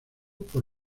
por